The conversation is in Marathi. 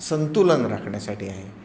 संतुलन राखण्यासाठी आहे